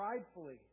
pridefully